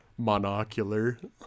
monocular